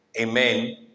Amen